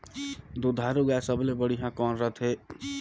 दुधारू गाय सबले बढ़िया कौन रथे?